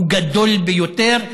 הוא גדול ביותר,